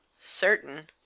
Certain